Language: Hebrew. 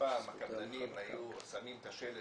שפעם הקבלנים היו שמים את השלט,